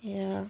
ya